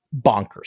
bonkers